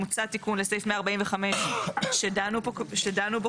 מוצע תיקון לסעיף 145 שדנו בו כבר.